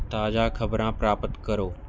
ਤਾਜ਼ਾ ਖ਼ਬਰਾਂ ਪ੍ਰਾਪਤ ਕਰੋ